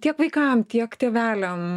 tiek vaikam tiek tėveliam